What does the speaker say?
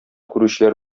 күрүчеләр